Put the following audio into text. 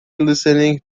listening